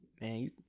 man